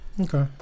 Okay